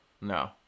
No